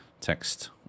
text